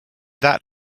that